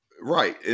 Right